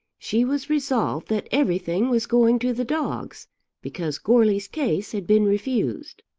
she was resolved that everything was going to the dogs because goarly's case had been refused.